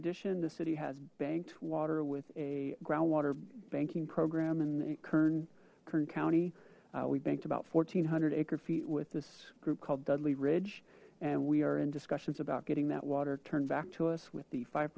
addition the city has banked water with a groundwater banking program in kern kern county we banked about fourteen hundred acre feet with this group called dudley ridge and we are in discussions about getting that water turned back to us with the five